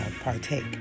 partake